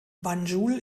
banjul